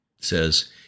says